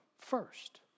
first